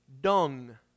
dung